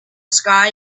sky